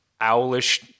owlish